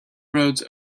roads